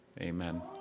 amen